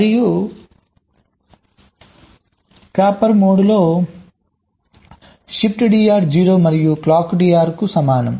మరియు క్యాప్చర్ మోడ్లో shiftDR 0 మరియు ClockDRకు సమానం